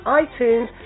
iTunes